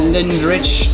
Lindrich